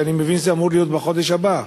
שאני מבין שזה אמור להיות בחודש הבא,